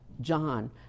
John